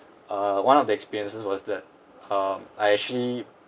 uh one of the experiences was that um I actually